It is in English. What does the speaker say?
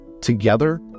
Together